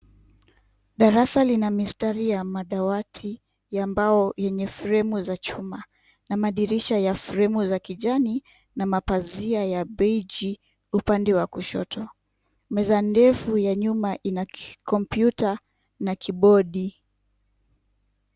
Darasa lina mistari ya madawati ya mbao yenye fremu za chuma na madirisha ya fremu za kijani na mapazia ya beige upande wa kushoto. Meza ndefu ya nyuma ina kompyuta na kibodi.